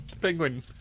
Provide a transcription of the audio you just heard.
Penguin